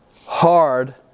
hard